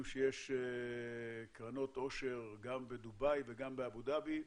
שיש קרנות עושר גם בדובאי וגם באבו דאבי.